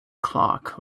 clark